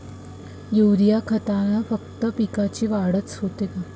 Urea खतानं फक्त पिकाची वाढच होते का?